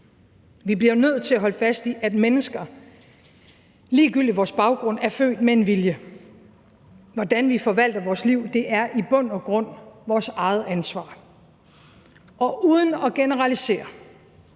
Vi bliver nødt til at holde fast i, at mennesker, ligegyldigt deres baggrund, er født med en vilje. Hvordan vi forvalter vores liv, er i bund og grund vores eget ansvar, og uden at generalisere